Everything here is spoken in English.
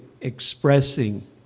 expressing